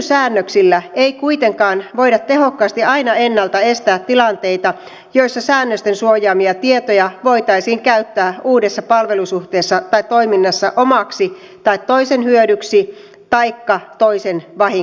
nykysäännöksillä ei kuitenkaan voida tehokkaasti aina ennalta estää tilanteita joissa säännösten suojaamia tietoja voitaisiin käyttää uudessa palvelusuhteessa tai toiminnassa omaksi tai toisen hyödyksi taikka toisen vahingoksi